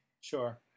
sure